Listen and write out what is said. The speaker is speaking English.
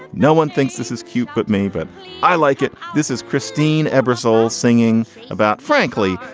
no one thinks this is cute but me. but i like it. this is christine ebersole singing about, frankly,